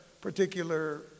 particular